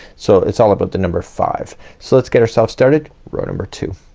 so it's all about the number five. so let's get ourselves started. row number two.